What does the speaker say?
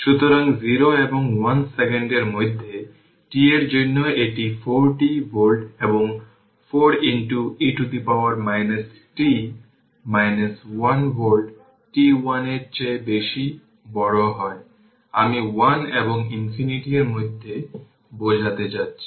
সুতরাং 0 এবং 1 সেকেন্ডের মধ্যে t এর জন্য এটি 4 t ভোল্ট এবং 4 e t 1 ভোল্ট t 1 এর চেয়ে বড় হয় আমি 1 এবং ইনফিনিটি এর মধ্যে বোঝাতে চাইছি